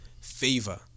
favor